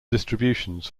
distributions